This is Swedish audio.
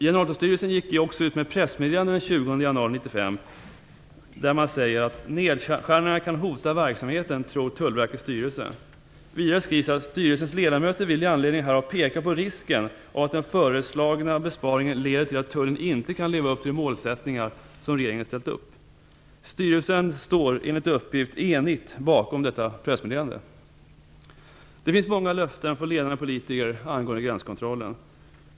Generaltullstyrelsen gick också ut med ett pressmeddelande den 20 januari 1995. Det framgår att Tullverkets styrelse tror att nedskärningar kan hota verksamheten. Vidare står det att styrelsens ledamöter vill i anledning därav peka på risken av att den föreslagna besparingen leder till att Tullen inte kan leva upp till de mål som regeringen ställt upp. Styrelsen står, enligt uppgift, enigt bakom detta pressmeddelande. Det finns många löften från ledande politiker angående gränskontrollen.